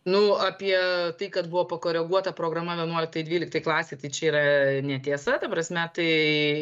nu apie tai kad buvo pakoreguota programa vienuoliktai dvyliktai klasei tai čia yra netiesa ta prasme tai